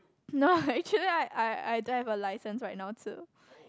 no ah actually I I I don't have a license right now too